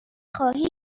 خواهی